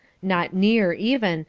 not near, even,